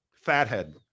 Fathead